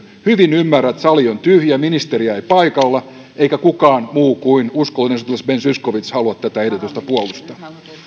hyvin ymmärrän että sali on tyhjä ministeriä ei ole paikalla eikä kukaan muu kuin uskollinen sotilas ben zyskowicz halua tätä ehdotusta puolustaa